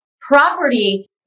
property